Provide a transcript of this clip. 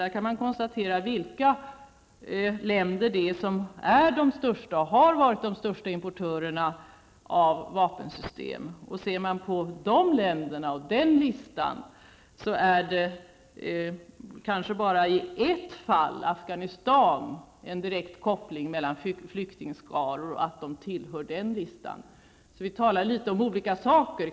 Där kan man konstatera vilka länder som är de största, och har varit de största, importörerna av vapensystem. Om man ser på den listan är det kanske bara i ett fall, nämligen Afghanistan, som det finns en direkt koppling mellan flyktingskaror och att man tillhör den listan. Vi talar om litet olika saker.